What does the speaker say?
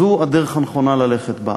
אז זו הדרך הנכונה ללכת בה.